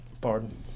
Pardon